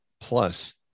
plus